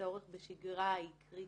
הצורך בשגרה הוא קריטי.